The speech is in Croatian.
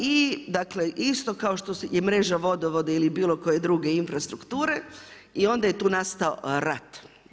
I isto kao što je mreža vodovoda ili bilo koje druge infrastrukture i onda je tu nastao rat.